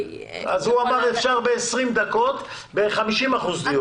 הוא אומר שאפשר לקבל תשובה אחרי 20 דקות ב-50 אחוזי דיוק.